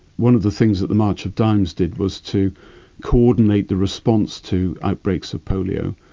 one of the things that the march of dimes did was to coordinate the response to outbreaks of polio.